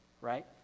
right